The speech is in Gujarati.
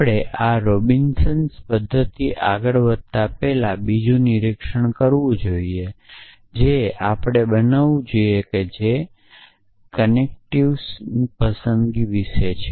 આપણે આ રોબિન્સન્સ પદ્ધતિ આગળ વધતાં પહેલાં બીજું નિરીક્ષણ કરવું જોઈએ જે આપણે બનાવવું જોઈએ જે કનેક્ટિવ્સ ની પસંદગી વિશે છે